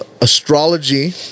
astrology